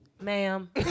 Ma'am